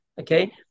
okay